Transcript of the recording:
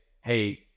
hey